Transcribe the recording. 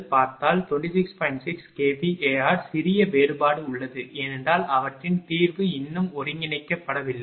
6 kVAr சிறிய வேறுபாடு உள்ளது ஏனென்றால் அவற்றின் தீர்வு இன்னும் ஒன்றிணைக்கப்படவில்லை